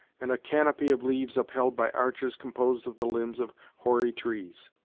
and a canopy of leaves upheld by arches composed of the limbs of hoary trees.